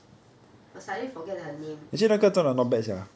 I suddenly forget the name